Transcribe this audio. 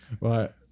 right